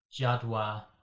Jadwa